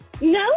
No